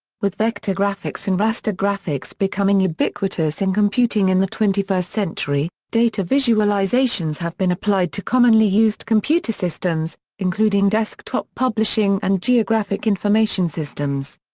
with vector graphics and raster graphics becoming ubiquitous in computing in the twenty first century, data visualizations have been applied to commonly used computer systems, including desktop publishing and geographic information systems.